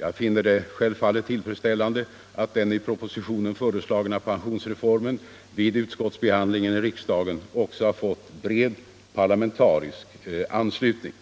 Jag finner det självfallet tillfredsställande att den i propositionen föreslagna pensionsreformen vid utskottsbehandlingen i riksdagen också har fått bred parlamentarisk anslutning.